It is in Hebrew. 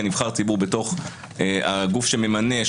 כנבחר ציבור בתוך הגוף שממנה,